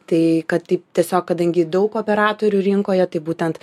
tai kad taip tiesiog kadangi daug operatorių rinkoje tai būtent